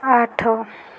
ଆଠ